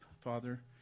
Father